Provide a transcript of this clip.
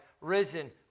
risen